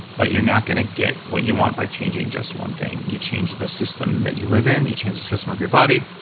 but you're not gonna get what you want by changing just one thing. you change the system that you live in, you change the system of your body,